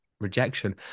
rejection